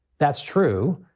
that's true.